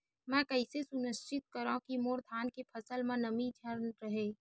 मैं कइसे सुनिश्चित करव कि मोर धान के फसल म नमी झन रहे?